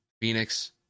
Phoenix